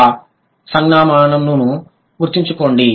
ఈ సంజ్ఞామానంను గుర్తుంచుకోండి